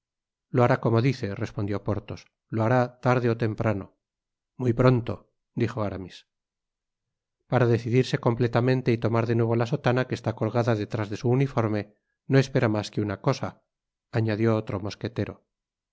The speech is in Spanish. lo hará como lo dice respondió porthos lo hará tarde ó tempraho muy pronto dijo aramis para decidirse completamente y tomar de nuevo la sotana que está colgada detrás de su uniforme no espera mas que una cosa añadió otro mosquetero